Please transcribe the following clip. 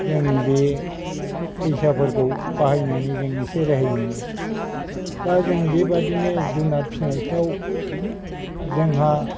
जों बे फैसाफोरखौ बाहायनानै जों एसे रेहाय मोनो दा जों बेबादिनो जुनात फिनायफ्राव जोंहा